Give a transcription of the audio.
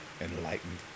enlightened